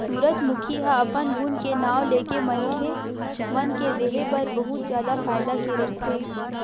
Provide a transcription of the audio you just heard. सूरजमूखी ह अपन गुन के नांव लेके मनखे मन के देहे बर बहुत जादा फायदा के रहिथे